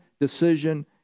decision